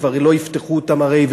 כבר לא יפתחו אותם הרי,